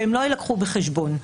שלא יילקחו בחשבון.